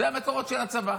אלה המקורות של הצבא.